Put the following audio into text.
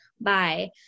bye